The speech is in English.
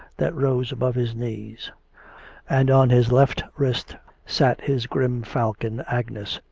that rose above his knees and on his left wrist sat his grim falcon agnes,